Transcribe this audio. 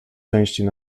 części